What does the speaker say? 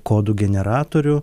kodų generatorių